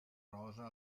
rosa